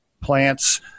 plants